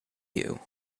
you